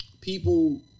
people